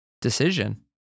decision